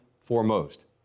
foremost